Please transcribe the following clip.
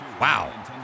Wow